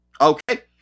Okay